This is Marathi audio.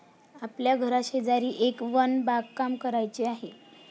आपल्या घराशेजारी एक वन बागकाम करायचे आहे